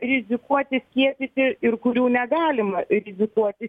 rizikuoti skiepyti ir kurių negalima rizikuoti